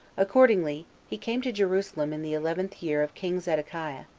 accordingly, he came to jerusalem in the eleventh year of king zedekiah,